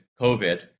COVID